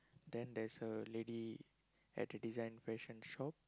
then there's a lady at the design fashion shop